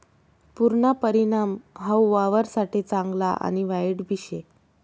पुरना परिणाम हाऊ वावरससाठे चांगला आणि वाईटबी शे